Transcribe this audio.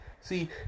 See